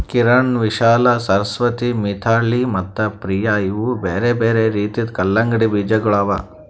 ಕಿರಣ್, ವಿಶಾಲಾ, ಸರಸ್ವತಿ, ಮಿಥಿಳಿ ಮತ್ತ ಪ್ರಿಯ ಇವು ಬ್ಯಾರೆ ಬ್ಯಾರೆ ರೀತಿದು ಕಲಂಗಡಿ ಬೀಜಗೊಳ್ ಅವಾ